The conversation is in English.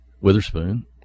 Witherspoon